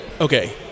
Okay